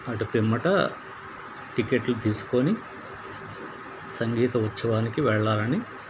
అటు పిమ్మట టికెట్లు తీసుకుని సంగీత ఉత్సవానికి వెళ్ళాలని